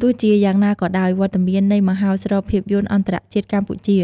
ទោះជាយ៉ាងណាក៏ដោយ វត្តមាននៃមហោស្រពភាពយន្តអន្តរជាតិកម្ពុជា